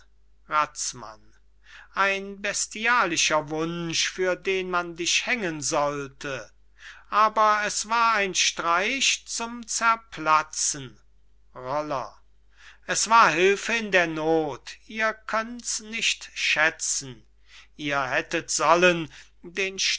razmann ein bestialischer wunsch für den man dich hängen sollte aber es war ein streich zum zerplatzen roller es war hülfe in der noth ihr könnt's nicht schäzen ihr hättet sollen den